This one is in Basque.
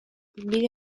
bide